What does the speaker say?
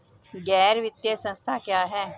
गैर वित्तीय संस्था क्या है?